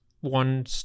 one